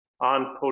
on